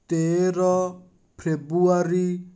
ତେର ଫେବୃଆରୀ